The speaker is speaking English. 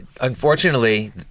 unfortunately